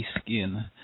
skin